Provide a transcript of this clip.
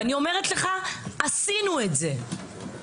ואני אומרת לך עשינו את זה,